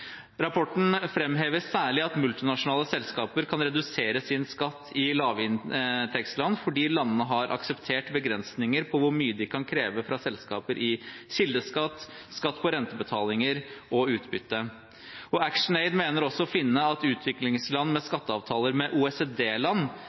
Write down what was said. Rapporten framhever særlig at multinasjonale selskaper kan redusere sin skatt i lavinntektsland fordi landene har akseptert begrensninger på hvor mye de kan kreve fra selskaper i kildeskatt, skatt på rentebetalinger og skatt på utbytte. ActionAid mener også å finne at utviklingsland med